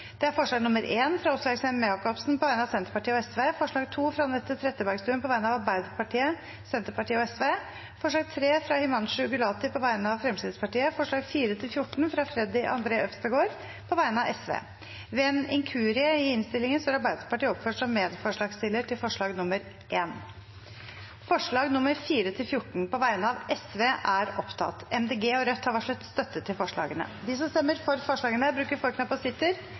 alt 14 forslag. Det er forslag nr. 1, fra Åslaug Sem-Jacobsen på vegne av Senterpartiet og Sosialistisk Venstreparti forslag nr. 2, fra Anette Trettebergstuen på vegne av Arbeiderpartiet, Senterpartiet og Sosialistisk Venstreparti forslag nr. 3, fra Himanshu Gulati på vegne av Fremskrittspartiet forslagene nr. 4–14, fra Freddy André Øvstegård på vegne av Sosialistisk Venstreparti Ved en inkurie i innstillingen står Arbeiderpartiet oppført som medforslagsstiller til forslag nr. 1. Det voteres over forslagene nr. 4–14, fra Sosialistisk Venstreparti. Forslag nr. 4 lyder: «Stortinget ber regjeringen i forslag til statsbudsjett for 2022 foreslå en opprydning i kulturens andel av tippemidlene, og fremme forslag